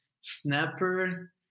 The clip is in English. snapper